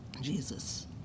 Jesus